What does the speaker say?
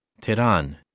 Tehran